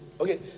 Okay